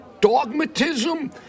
dogmatism